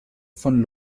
von